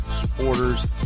supporters